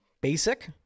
basic